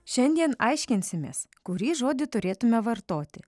šiandien aiškinsimės kurį žodį turėtume vartoti